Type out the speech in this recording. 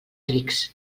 rics